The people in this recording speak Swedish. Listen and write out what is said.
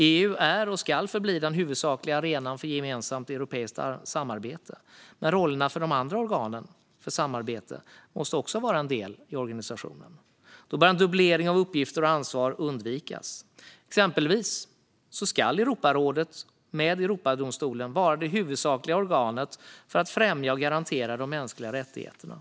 EU är och ska förbli den huvudsakliga arenan för gemensamt europeiskt samarbete, men rollerna för de andra organen för samarbete måste också vara en del i organisationen. Då bör en dubblering av uppgifter och ansvar undvikas. Exempelvis ska Europarådet med Europadomstolen vara det huvudsakliga organet för att främja och garantera de mänskliga rättigheterna.